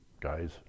guys